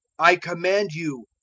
i command you,